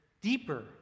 deeper